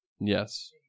Yes